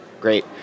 Great